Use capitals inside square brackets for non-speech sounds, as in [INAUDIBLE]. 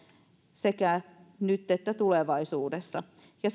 sekä nyt että tulevaisuudessa ja [UNINTELLIGIBLE]